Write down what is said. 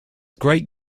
great